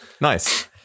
Nice